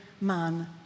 man